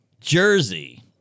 Jersey